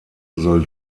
soll